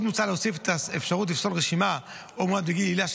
עוד מוצע להוסיף את האפשרות לפסול רשימה או מועמד בגין עילה של